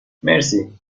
مرسی